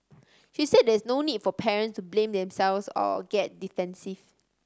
she said there is no need for parents to blame themselves or get defensive